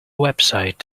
website